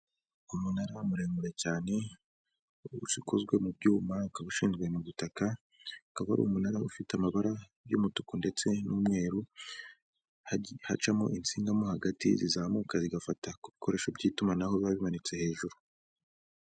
Umunara muremure cyane ukozwe mu byuma, ukaba ushinzwe mu gitaka, ukaba ari umunara ufite amabara y'umutuku ndetse n'umweru, hacamo insinga mo hagati zizamuka zigafata ku bikoresho by'itumanaho biba bimanitse hejuru.